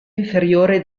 inferiore